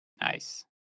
Nice